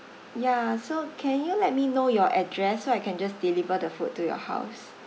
yeah so can you let me know your address so I can just deliver the food to your house